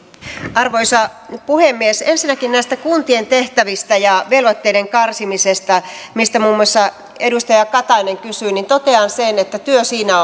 arvoisa puhemies ensinnäkin näistä kuntien tehtävistä ja velvoitteiden karsimisesta mistä muun muassa edustaja katainen kysyi totean sen että työ siinä